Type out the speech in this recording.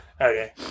Okay